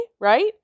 right